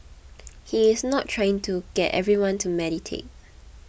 he is not trying to get everyone to meditate